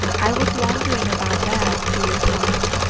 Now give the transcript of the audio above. i was wondering about that, he replied.